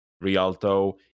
Rialto